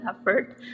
effort